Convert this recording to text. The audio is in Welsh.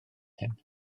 hyn